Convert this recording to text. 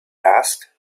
asked